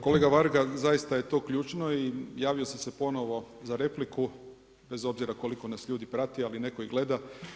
Kolega Varga zaista je to ključno i javio sam se ponovo za repliku bez obzira koliko nas ljudi prati, ali netko i gleda.